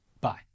Bye